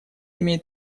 имеет